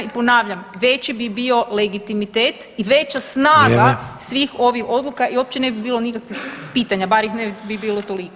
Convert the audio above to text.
I ponavljam, veći bi bio legitimitet i veća snaga [[Upadica Sanader: Vrijeme.]] svih ovih odluka i uopće ne bi bilo nikakvih pitanja, bar ih ne bi bilo toliko.